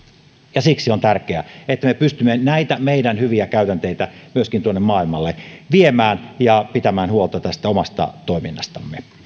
ja siksi on tärkeää että me pystymme näitä meidän hyviä käytänteitämme myöskin maailmalle viemään ja pitämään huolta tästä omasta toiminnastamme